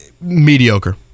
Mediocre